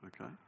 okay